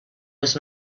was